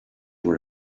were